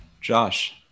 Josh